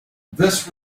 this